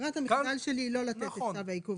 ברירת המחדל שלי היא לא לתת צו עיכוב